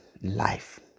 life